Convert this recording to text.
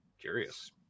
Curious